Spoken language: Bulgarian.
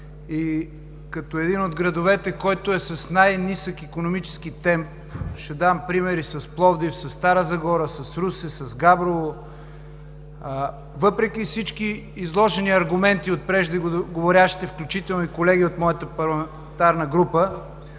хората, и съм от градовете, който е с най-нисък икономически темп – ще дам примери с Пловдив, със Стара Загора, с Русе, с Габрово, въпреки всички изложени аргументи от преждеговорившите, включително и колегите от моята парламентарна група,